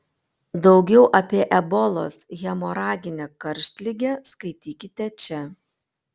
daugiau apie ebolos hemoraginę karštligę skaitykite čia